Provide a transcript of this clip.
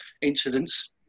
incidents